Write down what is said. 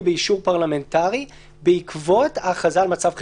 באישור פרלמנטרי בעקבות הכרזה על מצב חירום.